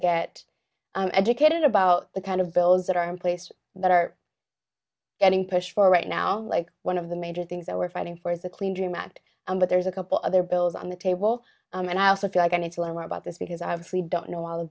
get educated about the kind of bills that are in place that are getting pushed for right now like one of the major things that we're fighting for is the clean dream act but there's a couple other bills on the table and i also feel like i need to learn more about this because i was we don't know all